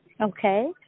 Okay